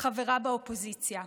חברה באופוזיציה.